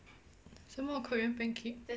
什么 korean pancake